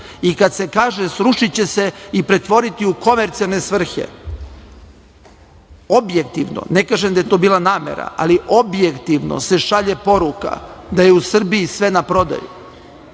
i kada se kaže srušiće se i pretvoriće se u komercijalne svrhe, objektivno, ne kažem da je to bila namera, ali objektivno se šalje poruka da je u Srbiji sve na prodaju,